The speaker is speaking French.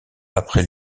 après